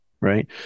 right